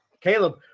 Caleb